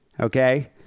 okay